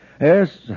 Yes